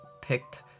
picked